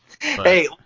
Hey